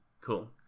Cool